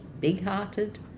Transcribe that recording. big-hearted